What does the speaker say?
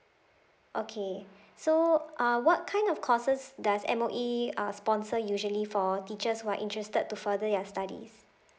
okay so uh what kind of courses does M_O_E uh sponsor usually for teachers who are interested to further their studies